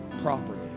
properly